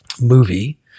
movie